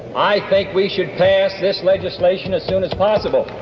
i think we should pass this legislation as soon as possible.